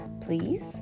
Please